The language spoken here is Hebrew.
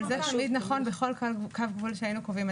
זה תמיד נכון בכל קו גבול שהיינו קובעים.